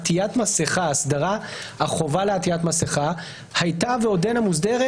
הסדרת החובה על עטיית מסכה הייתה ועודנה מוסדרת